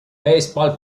baseball